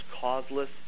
causeless